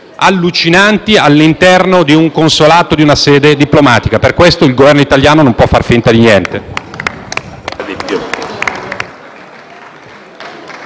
allucinanti all'interno di una sede diplomatica. Per questo motivo, il Governo italiano non può far finta di niente.